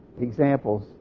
examples